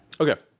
Okay